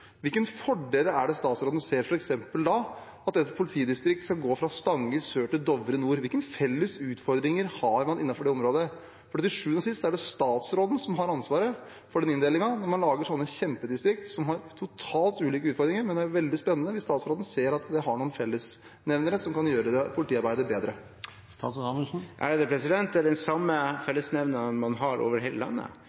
fordeler er det statsråden ser f.eks. ved at et politidistrikt skal gå fra Stange i sør til Dovre i nord? Hvilke felles utfordringer har man innenfor det området? Til sjuende og sist er det statsråden som har ansvaret for inndelingen når man lager sånne kjempedistrikter som har totalt ulike utfordringer. Men det er veldig spennende hvis statsråden ser at de har noen fellesnevnere som kan gjøre politiarbeidet bedre. Det er den samme